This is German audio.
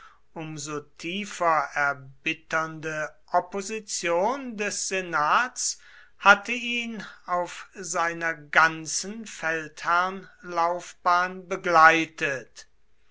so tiefer erbitternde opposition des senats hatte ihn auf seiner ganzen feldherrnlaufbahn begleitet